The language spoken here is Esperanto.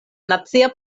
nacia